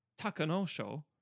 Takanosho